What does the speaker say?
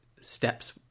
steps